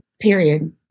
period